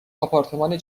آپارتمان